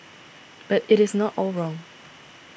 but it is not all wrong